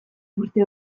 urte